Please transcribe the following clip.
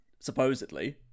Supposedly